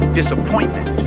disappointment